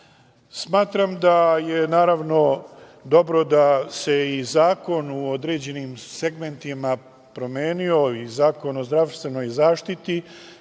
beba. Smatram da je, naravno, dobro da se i zakon u određenim segmentima promenio i Zakon o zdravstvenoj zaštiti